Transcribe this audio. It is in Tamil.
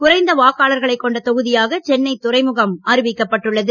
குறைந்த வாக்காளர்களை கொண்ட தொகுதியாக சென்னை துறைமுக தொகுதியாக அறிவிக்கப்பட்டுள்ளது